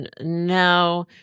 No